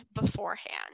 beforehand